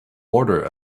order